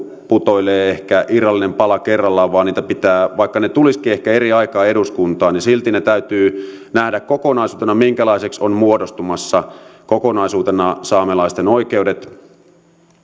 putoilee ehkä irrallinen pala kerrallaan vaan vaikka ne tulisivatkin ehkä eri aikaan eduskuntaan silti täytyy nähdä minkälaisiksi ovat muodostumassa kokonaisuutena saamelaisten oikeudet